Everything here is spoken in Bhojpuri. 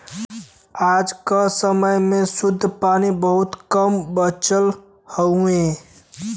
आज क समय में शुद्ध पानी बहुत कम बचल हउवे